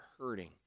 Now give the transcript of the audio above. hurting